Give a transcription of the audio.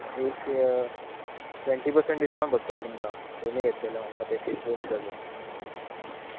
एक सेअ twenty percent discount पडटलो तुमकां दोनी घेतल्यार वांगडा पे केल्यार दोन दिसांचो